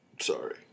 sorry